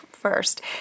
first